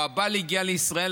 או הבעל הגיע לישראל,